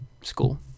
school